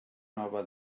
nova